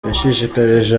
yashishikarije